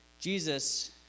Jesus